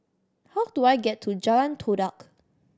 how do I get to Jalan Todak